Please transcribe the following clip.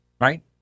Right